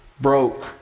Broke